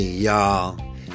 y'all